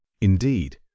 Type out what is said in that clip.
Indeed